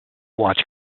watch